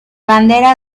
bandera